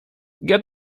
get